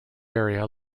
area